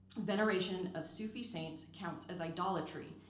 veneration of sufi saints counts as idolatry,